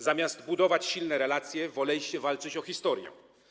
Zamiast budować silne relacje, woleliście walczyć o historię.